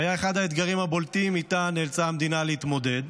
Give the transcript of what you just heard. שהיה אחד האתגרים הבולטים שאיתם נאלצה המדינה להתמודד,